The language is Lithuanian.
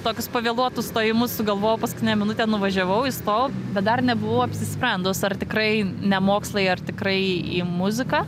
tokius pavėluotus stojimus sugalvojau paskutinę minutę nuvažiavau įstojau bet dar nebuvau apsisprendus ar tikrai ne mokslai ar tikrai į muziką